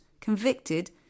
convicted